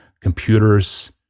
computers